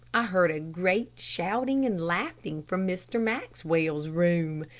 i heard a great shouting and laughing from mr. maxwell's room.